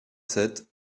sept